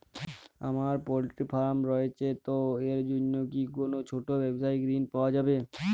আমার poultry farm রয়েছে তো এর জন্য কি কোনো ছোটো ব্যাবসায়িক ঋণ পাওয়া যাবে?